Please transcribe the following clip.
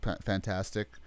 fantastic